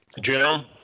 Jim